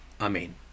Amen